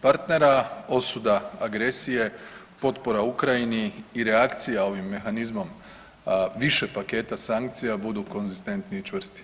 partnera, osuda agresije, potpora Ukrajini i reakcija ovim mehanizmom više paketa sankcija budu konzistentni i čvrsti.